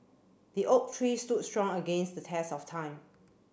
the oak tree stood strong against the test of time